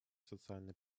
социальной